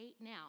now